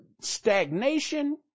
stagnation